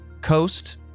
coast